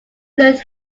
learned